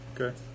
Okay